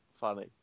funny